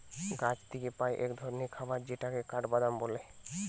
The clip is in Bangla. গাছ থিকে পাই এক ধরণের খাবার যেটাকে কাঠবাদাম বলে